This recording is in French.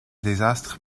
désastre